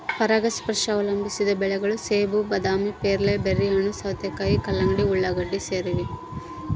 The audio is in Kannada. ಪರಾಗಸ್ಪರ್ಶ ಅವಲಂಬಿಸಿದ ಬೆಳೆಗಳು ಸೇಬು ಬಾದಾಮಿ ಪೇರಲೆ ಬೆರ್ರಿಹಣ್ಣು ಸೌತೆಕಾಯಿ ಕಲ್ಲಂಗಡಿ ಉಳ್ಳಾಗಡ್ಡಿ ಸೇರವ